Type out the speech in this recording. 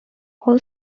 all